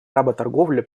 работорговля